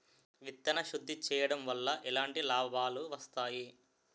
విత్తన శుద్ధి చేయడం వల్ల ఎలాంటి లాభాలు వస్తాయి?